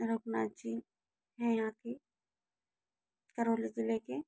रघुनाथ जी हैं यहाँ के करौली जिले के